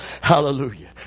hallelujah